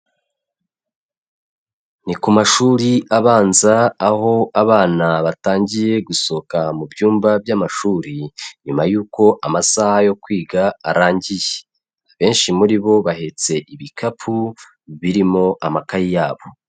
Ni ku mashuri abanza aho abana batangiye gusohoka mu byumba by'amashuri nyuma y'uko amasaha yo kwiga arangiye, benshi muri bo bahetse ibikapu birimo amakayi yabo.